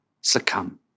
succumb